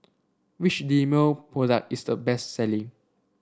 which Dermale product is the best selling